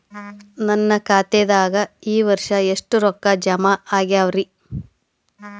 ನನ್ನ ಖಾತೆದಾಗ ಈ ವರ್ಷ ಎಷ್ಟು ರೊಕ್ಕ ಜಮಾ ಆಗ್ಯಾವರಿ?